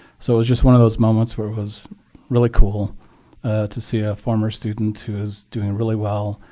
so it was just one of those moments where it was really cool to see a former student who is doing really well,